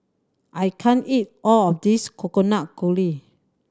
I can't eat all of this Coconut Kuih